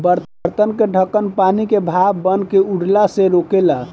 बर्तन के ढकन पानी के भाप बनके उड़ला से रोकेला